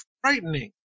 frightening